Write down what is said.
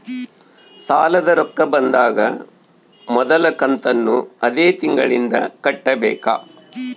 ಸಾಲದ ರೊಕ್ಕ ಬಂದಾಗ ಮೊದಲ ಕಂತನ್ನು ಅದೇ ತಿಂಗಳಿಂದ ಕಟ್ಟಬೇಕಾ?